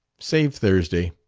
save thursday.